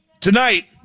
tonight